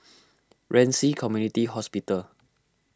Ren Ci Community Hospital